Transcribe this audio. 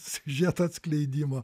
siužeto atskleidimo